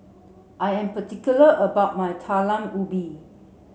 I am particular about my Talam Ubi